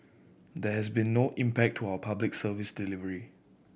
there has been no impact to our Public Service delivery